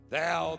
thou